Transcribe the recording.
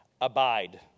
Abide